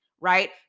right